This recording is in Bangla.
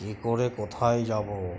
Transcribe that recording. কী করে কোথায় যাবো